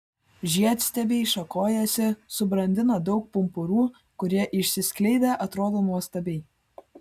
žiedstiebiai šakojasi subrandina daug pumpurų kurie išsiskleidę atrodo nuostabiai